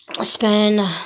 spend